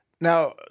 Now